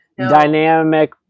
dynamic